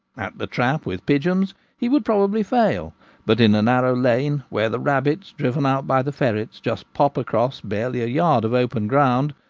at the trap with pigeons he would probably fail but in a narrow lane where the rabbits, driven out by the fer rets, just pop across barely a yard of open ground,